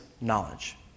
knowledge